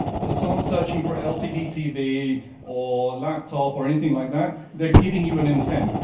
so someone searching for lcd tv or laptop or anything like that, they're giving you an intent.